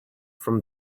from